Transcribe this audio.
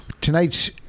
Tonight's